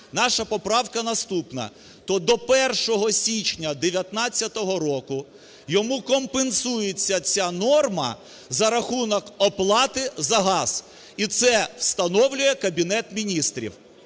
наша поправка наступна – то до 1 січня 2019 року йому компенсується ця норма за рахунок оплати за газ. І це встановлює Кабінет Міністрів.